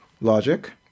Logic